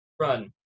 run